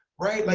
right? like